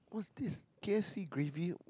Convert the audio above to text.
what is this K_F_C gravy